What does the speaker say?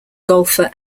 golfer